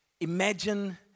Imagine